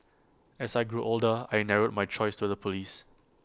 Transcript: as I grew older I narrowed my choice to the Police